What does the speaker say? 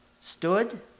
stood